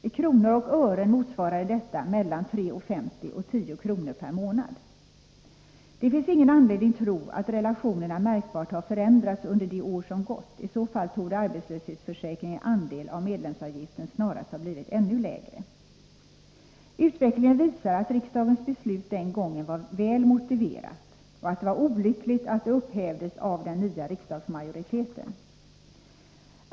I kronor och ören motsvarade detta mellan 3:50 och 10 kr. per månad. Det finns ingen anledning tro att relationerna märkbart har förändrats under det år som gått. I så fall torde arbetslöshetsförsäkringens andel av medlemsavgiften snarast ha blivit ännu lägre. Utvecklingen visar att riksdagens beslut var väl motiverat och att det var olyckligt att det upphävdes av den nya riksdagsmajoriteten.